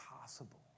possible